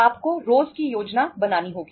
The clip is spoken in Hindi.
आपको रोज की योजना बनानी होगी